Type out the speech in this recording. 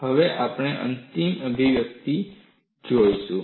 હવે આપણે અંતિમ અભિવ્યક્તિ જોઈશું